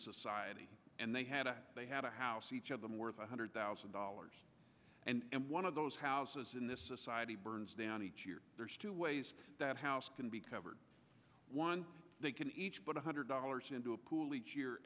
society and they had a they had a house each of them worth one hundred thousand dollars and one of those houses in this society burns down each year there's two ways that house can be covered one they can each one hundred dollars into a pool each year